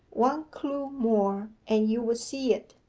one clue more, and you would see it.